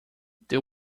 they